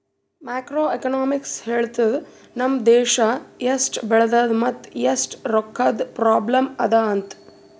macro economics ಹೇಳ್ತುದ್ ನಮ್ ದೇಶಾ ಎಸ್ಟ್ ಬೆಳದದ ಮತ್ ಎಸ್ಟ್ ರೊಕ್ಕಾದು ಪ್ರಾಬ್ಲಂ ಅದಾ ಅಂತ್